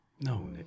No